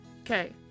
okay